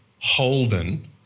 Holden